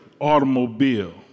automobile